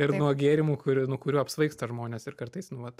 ir nuo gėrimų kurį nuo kurių apsvaigsta žmonės ir kartais nu vat